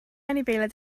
anifeiliaid